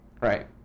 right